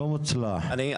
מוצלח.